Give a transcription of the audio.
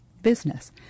business